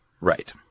Right